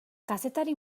kazetari